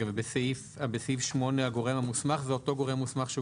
בסעיף 8, הגורם המוסמך, זה אותו גורם מוסמך.